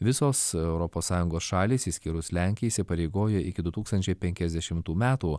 visos europos sąjungos šalys išskyrus lenkija įsipareigojo iki du tūkstančiai penkiasdešimtų metų